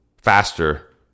Faster